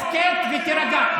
הסכת ותירגע.